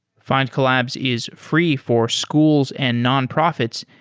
findcollabs is free for schools and nonprofits,